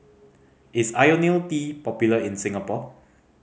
is Ionil T popular in Singapore